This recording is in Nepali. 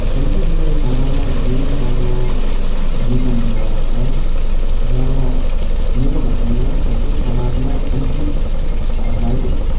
खेलकुदले समाजमा धेरै नै राम्रो भूमिका निर्वाह गर्छ र मेरो भनाइमा प्रत्येक समाजमा खेलकुद लाई